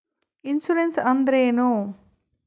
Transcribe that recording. Insurance ಅಂದ್ರೇನು?